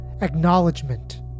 acknowledgement